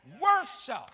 worship